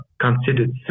considered